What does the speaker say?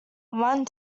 one